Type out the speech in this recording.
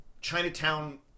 Chinatown